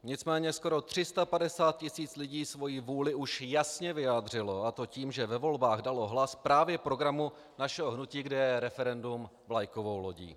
Nicméně skoro 350 tisíc lidí svoji vůli už jasně vyjádřilo, a to tím, že ve volbách dalo hlas právě programu našeho hnutí, kde je referendum vlajkovou lodí.